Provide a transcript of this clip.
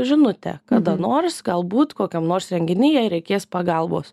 žinutę kada nors galbūt kokiam nors renginy jai reikės pagalbos